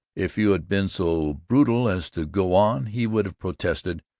if you had been so brutal as to go on, he would have protested,